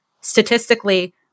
statistically